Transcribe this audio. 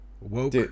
woke